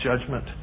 judgment